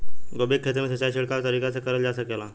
गोभी के खेती में सिचाई छिड़काव तरीका से क़रल जा सकेला?